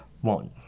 one